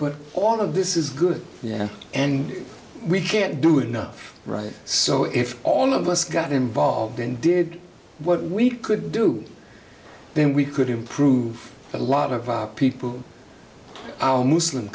but all of this is good and we can't do enough right so if all of us got involved and did what we could do then we could improve a lot of people our muslim